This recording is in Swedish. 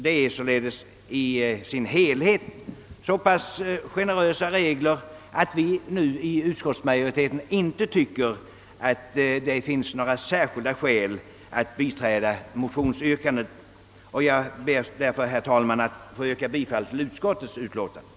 Reglerna är i sin helhet så generösa att vi i utskottsmajoriteten inte tycker att det finns några särskilda skäl att biträda motionsyrkandet. Jag ber därför, herr talman, att få yrka bifall till utskottets hemställan.